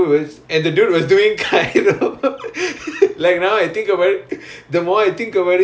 then you go and do that is gonna make it worse right